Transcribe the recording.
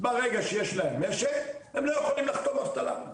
ברגע שיש להם משק הם לא יכולים לחתום אבטלה.